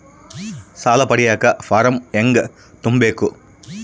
ಸಾಲ ಪಡಿಯಕ ಫಾರಂ ಹೆಂಗ ತುಂಬಬೇಕು?